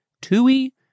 Tui